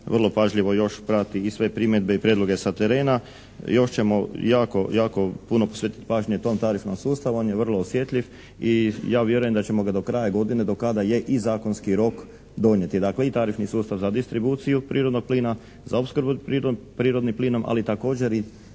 vrlo pažljivo još prati i sve primjedbe i prijedloge sa terena. Još ćemo jako, jako puno posvetiti pažnje tom tarifnom sustavu, on je vrlo osjetljiv i ja vjerujem da ćemo ga do kraja godine do kada je i zakonski rok donijeti. Dakle i tarifni sustav za distribuciju prirodnog plina, za opskrbu prirodnim plinom, ali također i